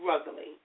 struggling